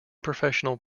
professional